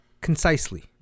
concisely